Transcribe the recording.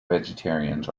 vegetarians